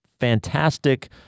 fantastic